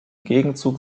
gegenzug